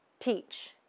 teach